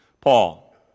Paul